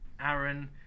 aaron